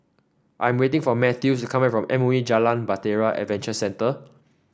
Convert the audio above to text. I am waiting for Mathews to come back from M O E Jalan Bahtera Adventure Centre